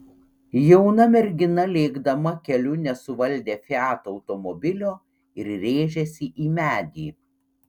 jauna mergina lėkdama keliu nesuvaldė fiat automobilio ir rėžėsi į medį